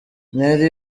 nelly